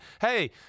hey